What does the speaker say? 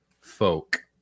folk